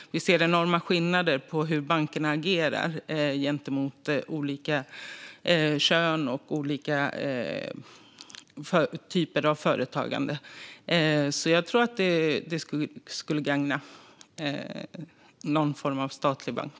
Vi ser enorma skillnader på hur bankerna agerar gentemot olika kön och olika typer av företagande. Det skulle gagna med någon form av statlig bank.